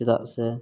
ᱪᱮᱫᱟᱜ ᱥᱮ